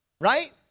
right